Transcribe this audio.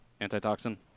Antitoxin